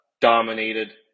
dominated